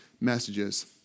messages